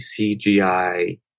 CGI